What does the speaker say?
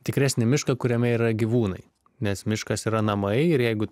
tikresnį mišką kuriame yra gyvūnai nes miškas yra namai ir jeigu